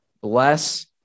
bless